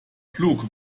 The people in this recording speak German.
pflug